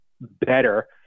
better